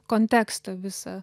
kontekstą visą